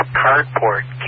cardboard